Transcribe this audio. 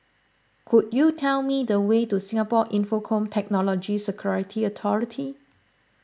could you tell me the way to Singapore Infocomm Technology Security Authority